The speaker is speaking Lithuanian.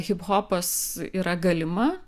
hiphopas yra galima